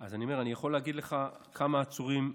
אז אני אומר, אני יכול להגיד לך כמה ערוצים ערבים,